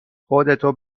خودتو